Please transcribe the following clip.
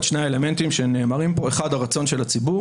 את שני האלמנטים שנאמרים פה: האחד זה הרצון של הציבור,